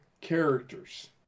characters